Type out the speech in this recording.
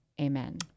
amen